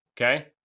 okay